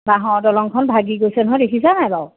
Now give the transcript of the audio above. বাঁহৰ দলংখন ভাগি গৈছে নহয় দেখিছা নাই বাৰু